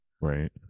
Right